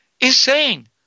Insane